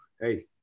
hey